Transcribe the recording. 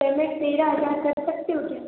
payment तेरह हजार कर सकती हूँ क्या